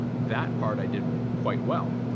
that part i did quite well.